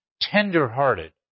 tender-hearted